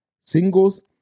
singles